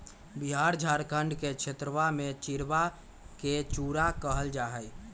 बिहार झारखंड के क्षेत्रवा में चिड़वा के चूड़ा कहल जाहई